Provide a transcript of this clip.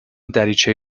دریچه